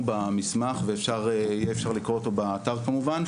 במסמך ואפשר יהיה לקרוא אותו באתר כמובן.